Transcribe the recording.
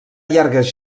llargues